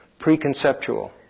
preconceptual